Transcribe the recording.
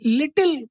little